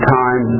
time